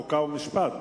חוק ומשפט,